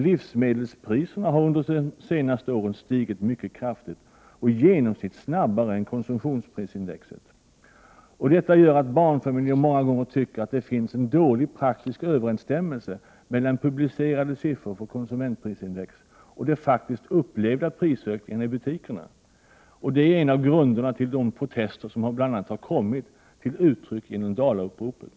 Livsmedelspriserna har under de senaste åren stigit mycket kraftigt och i genomsnitt snabbare än komsumentprisindexet. Detta gör att barnfamiljer många gånger tycker att det finns en dålig praktisk överensstämmelse mellan publicerade siffror för konsumentprisindex och de faktiskt upplevda prisökningarna. Detta är en av grunderna till de protester som bl.a. har kommit till uttryck genom ”Dalauppropet”.